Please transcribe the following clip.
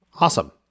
Awesome